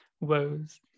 woes